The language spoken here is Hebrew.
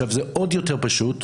זה עוד יותר פשוט,